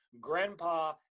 Grandpa